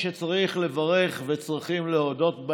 בדברים שצריך לברך וצריכים להודות,